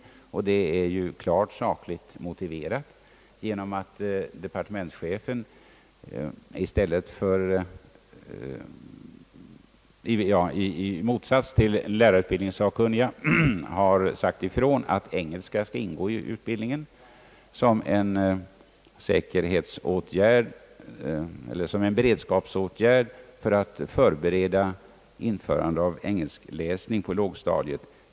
Detta yrkande är klart sakligt motiverat genom att departementschefen i motsats till lärarutbildningssakkunniga har sagt ifrån att engelska skall ingå i utbildningen som en beredskapsåtgärd för att förbereda införande av läsning av engelska på lågstadiet.